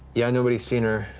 yeah, nobody's seen her.